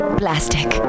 plastic